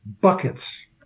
buckets